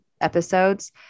episodes